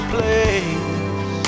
place